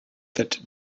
that